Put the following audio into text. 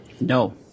No